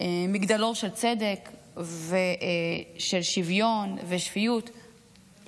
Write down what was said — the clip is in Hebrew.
מגדלור של צדק ושל שוויון ושפיות,